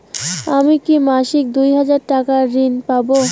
আমি কি মাসিক দুই হাজার টাকার ঋণ পাব?